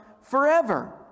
forever